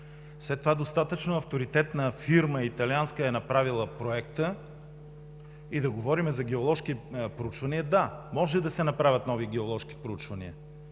След това, достатъчно авторитетна италианска фирма е направила Проекта и да говорим за геоложки проучвания?! Да, може да се направят нови геоложки проучвания,